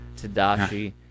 Tadashi